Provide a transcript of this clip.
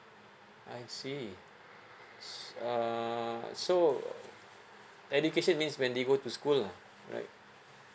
I see uh so education means when they go to school lah right